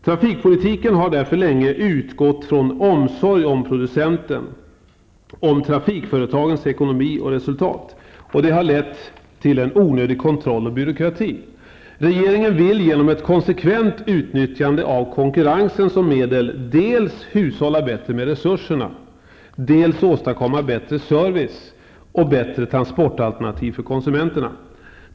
Trafikpolitiken har sedan länge utgått från omsorg om producenten, om trafikföretagens ekonomi och resultat, vilket har lett till en onödig kontroll och byråkrati. Regeringen vill genom ett konsekvent utnyttjande av konkurrensen som medel dels hushålla bättre med resurserna, dels åstadkomma bättre service och bättre transportalternativ för konsumenterna.